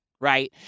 right